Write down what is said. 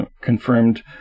confirmed